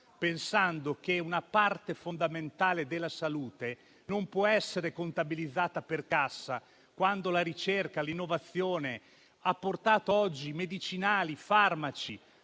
pensando che una parte fondamentale della salute non può essere contabilizzata per cassa, quando la ricerca e l'innovazione hanno portato medicinali, farmaci